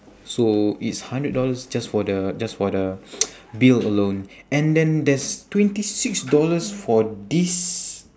so it's hundred dollars just for the just for the bill alone and then there's twenty six dollars for this